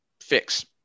fix